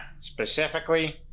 specifically